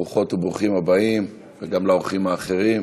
ברוכות וברוכים הבאים, וגם לאורחים האחרים.